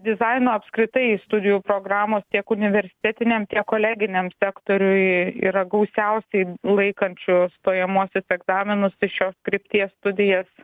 dizaino apskritai studijų programos tiek universitetiniam tiek koleginiam sektoriui yra gausiausiai laikančių stojamuosius egzaminus šios krypties studijas